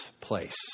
place